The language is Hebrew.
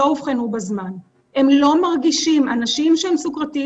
שאנחנו אומרים לציבור מה מסוכן,